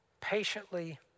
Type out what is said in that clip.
patiently